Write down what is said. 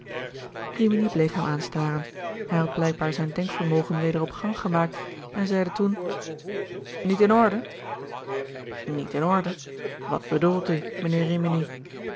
rimini bleef hem aanstaren hij had blijkbaar zijn denkvermogen weder op gang gemaakt en zeide toen niet in orde niet in orde wat bedoelt u mijnheer